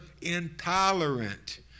intolerant